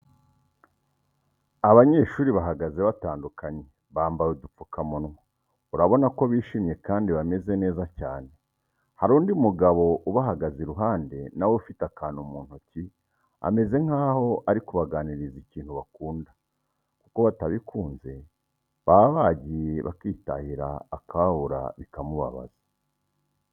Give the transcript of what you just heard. Abanyeshuri bahagaze batandukanye, bambaye udupfukamunwa urabona ko bishimye kandi bameze neza cyane, hari undi mugabo ubahagaze iruhande nawe afite akantu mu ntoki ameze nkaho ari kubaganiriza ibintu bakunda kuko batabikunze baba bagiye bakitahira akababura bikamubabaza.